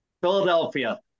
Philadelphia